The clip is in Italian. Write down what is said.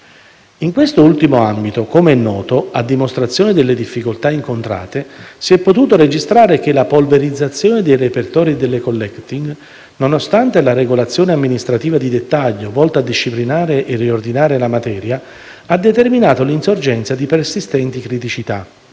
In questo ultimo ambito - come è noto - a dimostrazione delle difficoltà incontrate, si è potuto registrare che la polverizzazione dei repertori e delle *collecting*, nonostante la regolazione amministrativa di dettaglio volta a disciplinare e riordinare la materia, ha determinato l'insorgenza di persistenti criticità,